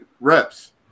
reps